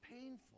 painful